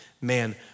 man